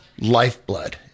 lifeblood